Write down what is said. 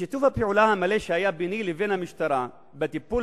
שיתוף הפעולה המלא שהיה ביני לבין המשטרה בטיפול